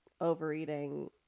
overeating